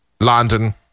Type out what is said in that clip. London